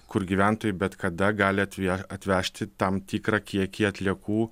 kur gyventojai bet kada gali atve atvežti tam tikrą kiekį atliekų